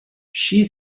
she